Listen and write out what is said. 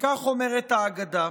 וכך אומרת ההגדה: